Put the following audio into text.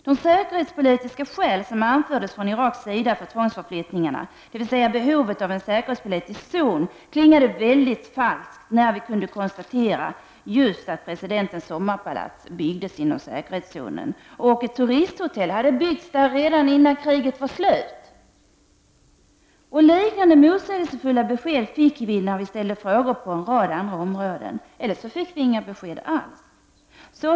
De säkerhetspolitiska skäl som Irak anförde för tvångsförflyttningarna, dvs. behovet av en säkerhetspolitisk zon, klingade väldigt falskt när vi kunde konstatera att presidentens sommarpalats byggdes inom denna säkerhetszon. Ett turisthotell hade också byggts där redan innan kriget var slut. Liknande motsägelsefulla besked fick vi när vi ställde frågor inom andra områden. Ibland fick vi inga besked alls.